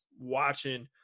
watching